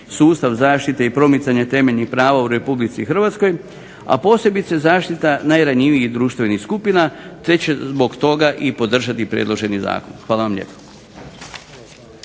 sustav zaštite i promicanje temeljnih prava u Republici Hrvatskoj, a posebice zaštite najranjivijih društvenih skupina te će zbog toga i podržati predloženi zakon. Hvala vam lijepo.